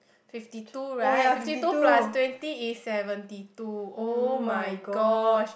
fifty two right fifty two plus twenty is seventy two [oh]-my-gosh